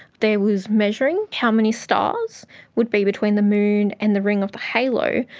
there was measuring how many stars would be between the moon and the ring of the halo,